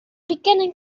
beginning